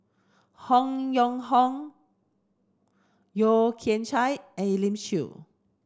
Hong Yong Hong Yeo Kian Chai and Elim Chew